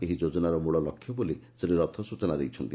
ଏହି ଯୋଜନାର ମୂଳ ଲକ୍ଷ୍ୟ ବୋଲି ଶ୍ରୀ ରଥ ସୂଚନା ଦେଇଛନ୍ତି